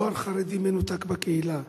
נוער חרדי מנותק בקהילה,